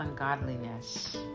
ungodliness